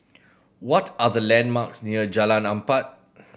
what are the landmarks near Jalan Empat